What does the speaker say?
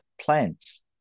plants